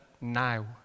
now